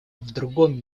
другом